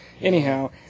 Anyhow